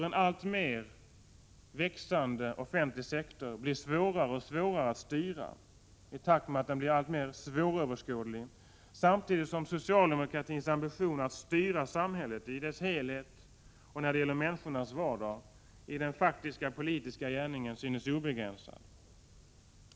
En alltmer växande offentlig sektor blir svårare att styra i takt med att den blir alltmer svåröverskådlig, samtidigt som socialdemokratins ambition att styra samhället i dess helhet när det gäller människornas vardag i den faktiska politiska gärningen synes obegränsad.